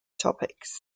topics